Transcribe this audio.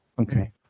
Okay